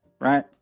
right